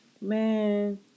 Man